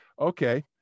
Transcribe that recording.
Okay